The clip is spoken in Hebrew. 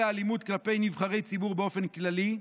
האלימות כלפי נבחרי ציבור באופן כללי.